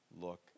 look